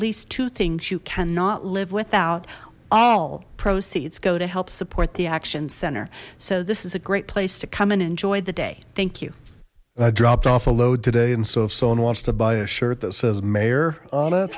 least two things you cannot live without all proceeds go to help support the action center so this is a great place to come and enjoy the day thank you i dropped off a load today and so if someone wants to buy a shirt that says mayor o